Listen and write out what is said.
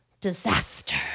disaster